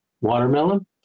watermelon